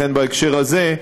לכן, בהקשר הזה,